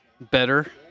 better